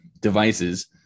devices